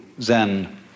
Zen